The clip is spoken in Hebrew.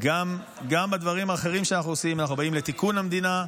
גם בדברים האחרים שאנחנו עושים אנחנו באים לתיקון המדינה.